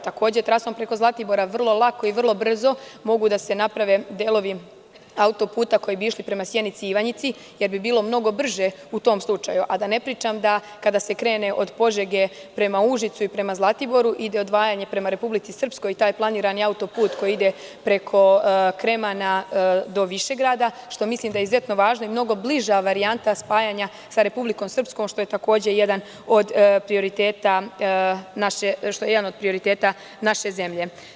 Takođe, trasom preko Zlatibora vrlo lako i brzo mogu da se naprave delovi auto-puta koji bi išli prema Sjenici i Ivanjici, jer bi bilo mnogo brže u tom slučaju, a da ne pričam kada se krene od Požege prema Užicu i prema Zlatiboru, ide odvajanje prema Republici Srpskoj i taj planirani auto-put koji ide preko Kremana do Višegrada, što mislim da je izuzetno važno i mnogo bliža varijanta spajanja sa Republikom Srpskom, što je takođe jedan od prioriteta naše zemlje.